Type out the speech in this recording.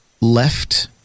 left